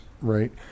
right